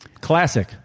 Classic